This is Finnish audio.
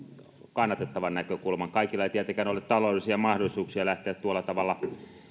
kannatettavan näkökulman kaikilla ei tietenkään ole taloudellisia mahdollisuuksia lähteä tuolla tavalla